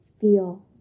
feel